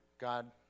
God